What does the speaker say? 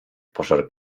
pożar